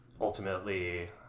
ultimately